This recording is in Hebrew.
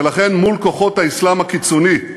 ולכן, מול כוחות האסלאם הקיצוני,